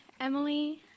Emily